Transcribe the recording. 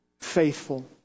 faithful